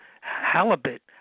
halibut